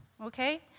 okay